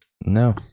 no